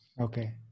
Okay